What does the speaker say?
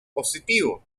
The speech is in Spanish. positivo